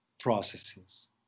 processes